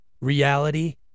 reality